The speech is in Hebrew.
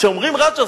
כשאומרים "רג'ר",